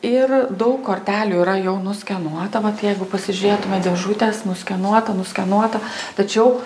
ir daug kortelių yra jau nuskenuota vat jeigu pasižiūrėtume dėžutes nuskenuota nuskenuota tačiau